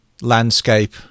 landscape